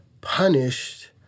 punished